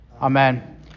Amen